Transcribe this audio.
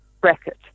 bracket